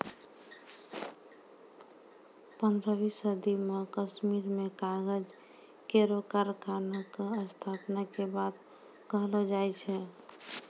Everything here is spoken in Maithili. पन्द्रहवीं सदी म कश्मीर में कागज केरो कारखाना क स्थापना के बात कहलो जाय छै